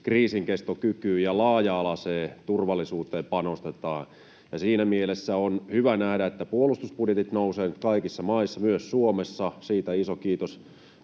kriisinkestokykyyn ja laaja-alaiseen turvallisuuteen panostetaan. Siinä mielessä on hyvä nähdä, että puolustusbudjetit nousevat nyt kaikissa maissa, myös Suomessa — siitä iso kiitos